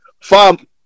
fam